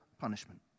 punishment